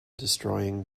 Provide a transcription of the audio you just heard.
destroying